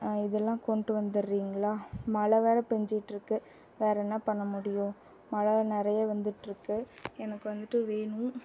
இதெல்லாம் கொண்டு வந்துடுறீங்களா மழை வேறே பெஞ்சிட்டு இருக்குது வேறே என்ன பண்ண முடியும் மழை நிறைய வந்துட்டிருக்கு எனக்கு வந்துட்டு வேணும்